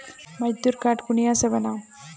मजदूर कार्ड कुनियाँ से बनाम?